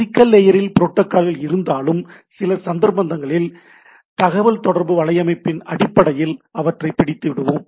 physical லேயரில் புரோட்டோகால்கள் இருந்தாலும் சில சந்தர்ப்பங்களில் தகவல் தொடர்பு வலையமைப்பின் அடிப்படையில் அவற்றை பிடித்து விடுவோம்